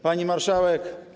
Pani Marszałek!